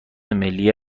ملی